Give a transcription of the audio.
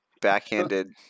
backhanded